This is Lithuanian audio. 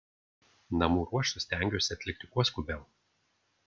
namų ruošą stengiuosi atlikti kuo skubiau